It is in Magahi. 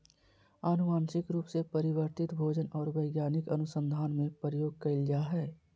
आनुवंशिक रूप से परिवर्तित भोजन और वैज्ञानिक अनुसन्धान में प्रयोग कइल जा हइ